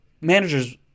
managers